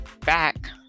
back